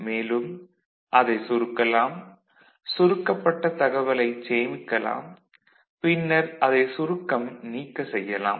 மேலும் அதை சுருக்கலாம் சுருக்கப்பட்ட தகவலைச் சேமிக்கலாம் பின்னர் அதை சுருக்கம் நீக்க செய்யலாம்